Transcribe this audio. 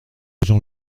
gens